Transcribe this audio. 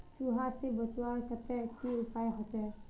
चूहा से बचवार केते की उपाय होचे?